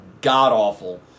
god-awful